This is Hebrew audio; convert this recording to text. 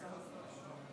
חבר הכנסת בנימין